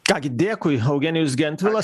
ką gi dėkui eugenijus gentvilas